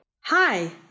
Hi